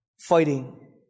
Fighting